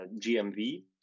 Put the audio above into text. GMV